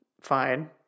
fine